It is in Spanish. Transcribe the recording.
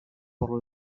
por